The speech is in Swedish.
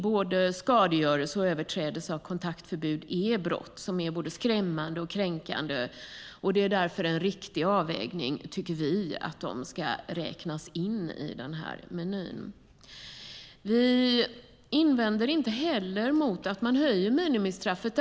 Både skadegörelse och överträdelse av kontaktförbud är brott som är både skrämmande och kränkande. Det är därför en riktig avvägning att de ska räknas in i menyn. Vi invänder inte heller mot att man höjer minimistraffet.